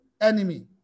enemy